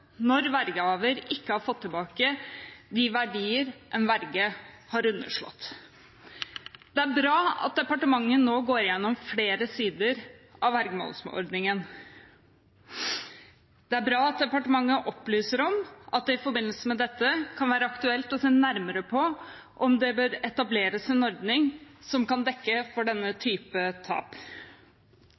når vergehaver ikke har fått tilbake de verdier en verge har underslått. Det er bra at departementet nå går gjennom flere sider av vergemålsordningen. Det er bra at departementet opplyser om at det i forbindelse med dette kan være aktuelt å se nærmere på om det bør etableres en ordning som kan dekke denne typen tap